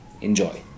Enjoy